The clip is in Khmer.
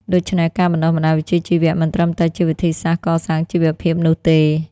ដូច្នេះ ការបណ្តុះបណ្តាលវិជ្ជាជីវៈមិនត្រឹមតែជាវិធីសាស្រ្តកសាងជីវភាពនោះទេ។